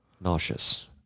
nauseous